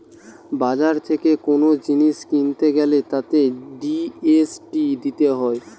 বাজার থেকে কোন জিনিস কিনতে গ্যালে তাতে জি.এস.টি দিতে হয়